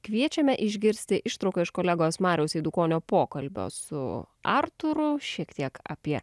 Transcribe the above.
kviečiame išgirsti ištrauką iš kolegos mariaus eidukonio pokalbio su artūru šiek tiek apie